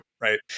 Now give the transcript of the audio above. Right